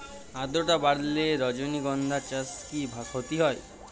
আদ্রর্তা বাড়লে রজনীগন্ধা চাষে কি ক্ষতি হয়?